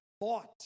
bought